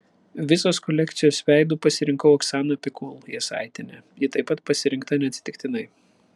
visos kolekcijos veidu pasirinkau oksaną pikul jasaitienę ji taip pat pasirinkta neatsitiktinai